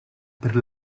per